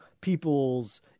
people's